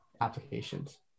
applications